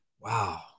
Wow